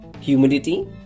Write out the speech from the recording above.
humidity